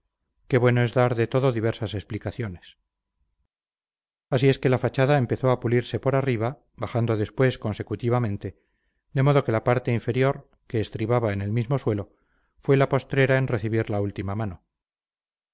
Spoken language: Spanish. que bueno es dar de todo diversas explicaciones así es que la fachada empezó a pulirse por arriba bajando después consecutivamente de modo que la parte inferior que estribaba en el mismo suelo fue la postrera en recibir la última mano